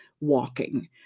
walking